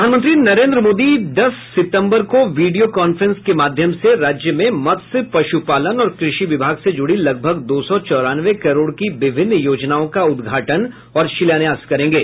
प्रधानमंत्री नरेन्द्र मोदी दस सितम्बर को वीडियो कांफ्रेंस के माध्यम से राज्य में मत्स्य पशुपालन और कृषि विभाग से जुड़ी लगभग दो सौ चौरानवे करोड़ की विभिन्न योजनाओं का उद्घाटन और शिलान्यास करेंगे